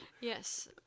Yes